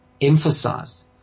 emphasized